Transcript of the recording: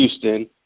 Houston